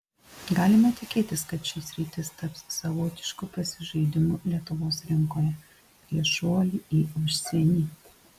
galima tikėtis kad ši sritis taps savotišku pasižaidimu lietuvos rinkoje prieš šuolį į užsienį